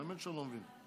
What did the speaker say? באמת שאני לא מבין.